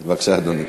בבקשה, אדוני.